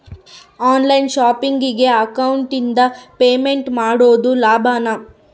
On line ಶಾಪಿಂಗಿಗೆ ಅಕೌಂಟಿಂದ payment ಮಾಡೋದು ಲಾಭಾನ?